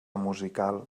musical